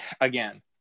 again